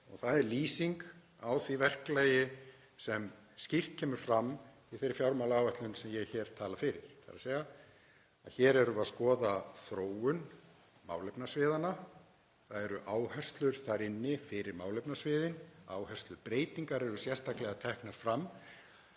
er. Það er lýsing á því verklagi sem skýrt kemur fram í þeirri fjármálaáætlun sem ég tala fyrir hér, þ.e. að hér erum við að skoða þróun málefnasviðanna, það eru áherslur þar inni fyrir málefnasviðin og áherslubreytingar eru sérstaklega teknar fram.